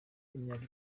imyaka